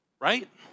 Right